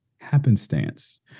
happenstance